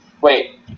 wait